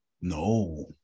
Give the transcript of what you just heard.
No